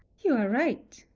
you are right.